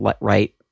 right